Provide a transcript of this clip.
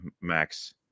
Max